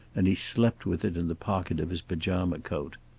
and he slept with it in the pocket of his pajama coat.